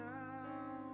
now